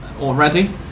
already